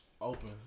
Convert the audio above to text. open